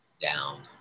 down